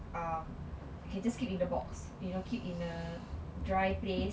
um can just keep in the box you know keep in a dry place